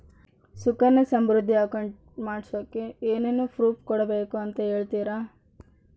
Sukanya Samriddhi account ಮಾಡಿಸೋಕೆ ಏನೇನು proof ಕೊಡಬೇಕು ಅಂತ ಹೇಳ್ತೇರಾ?